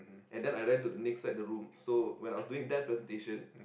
and then I ran to the next side of the room so when I was doing that presentation